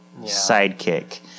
sidekick